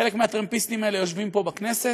חלק מהטרמפיסטים האלה יושבים פה, בכנסת.